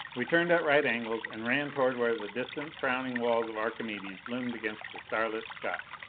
we turned at right angles and ran toward where the distant frowning walls of archimedes loomed against the starlit sky.